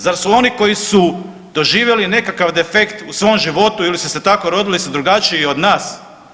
Zar su oni koji su doživjeli nekakav defekt u svom životu ili su se tako rodili su drugačiji od nas?